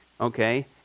Okay